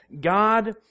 God